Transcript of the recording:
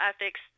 ethics